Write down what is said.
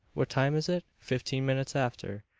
what time is it? fifteen minutes after.